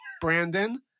Brandon